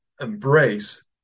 embrace